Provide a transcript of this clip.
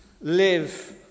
live